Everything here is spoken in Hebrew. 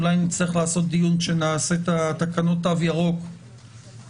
אולי נצטרך לקיים דיון כשנתקין את תקנות התו הירוק האחרות,